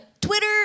Twitter